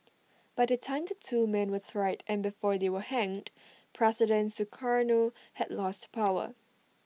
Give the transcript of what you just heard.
by the time the two men were tried and before they were hanged president Sukarno had lost power